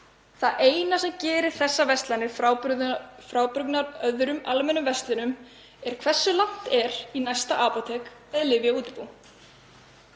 Það eina sem gerir þessar verslanir frábrugðnar öðrum almennum verslunum er hversu langt er í næsta apótek eða lyfjaútibú.